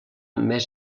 més